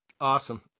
Awesome